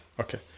Okay